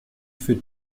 für